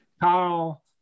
Kyle